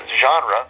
genre